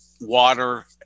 water